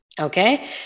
Okay